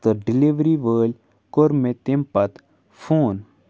تہٕ ڈِلِوری وٲلۍ کوٚر مےٚ تَمہِ پَتہٕ فون